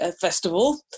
Festival